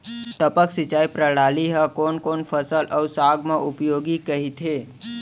टपक सिंचाई प्रणाली ह कोन कोन फसल अऊ साग म उपयोगी कहिथे?